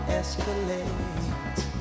escalate